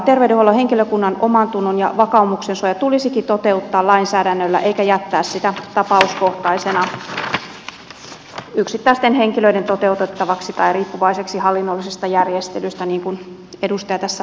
terveydenhuollon henkilökunnan omantunnon ja vakaumuksen suoja tulisikin toteuttaa lainsäädännöllä eikä jättää sitä tapauskohtaisena yksittäisten henkilöiden toteutettavaksi tai riippuvaiseksi hallinnollisista järjestelyistä niin kuin edustaja tässä aloitteessaan toteaa